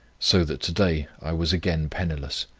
so that to-day i was again penniless.